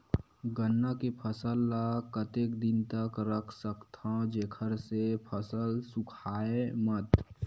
गन्ना के फसल ल कतेक दिन तक रख सकथव जेखर से फसल सूखाय मत?